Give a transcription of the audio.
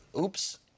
Oops